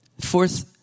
Fourth